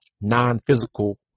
non-physical